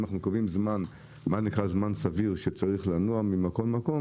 אם אנחנו קובעים מה הוא זמן סביר שהרכב צריך לנוע ממקום למקום,